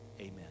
Amen